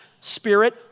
spirit